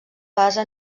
basa